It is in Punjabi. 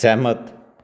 ਸਹਿਮਤ